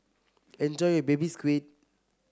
enjoy your Baby Squid